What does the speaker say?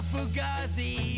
Fugazi